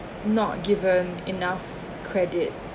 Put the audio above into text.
not given enough credit